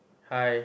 hi